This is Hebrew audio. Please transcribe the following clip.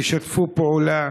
תשתפו פעולה,